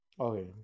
Okay